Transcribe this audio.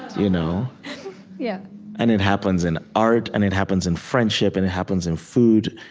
you know yeah and it happens in art, and it happens in friendship, and it happens in food,